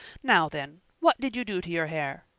now, then, what did you do to your hair?